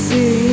See